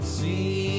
See